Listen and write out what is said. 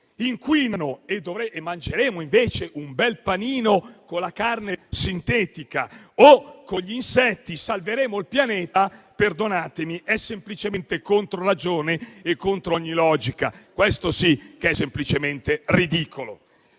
inquinano, e mangeremo invece un bel panino con la carne sintetica o con gli insetti, salveremo il Pianeta. Perdonatemi, ma è semplicemente contro ragione e contro ogni logica; questo sì che è semplicemente ridicolo.